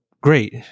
great